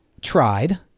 tried